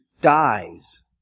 dies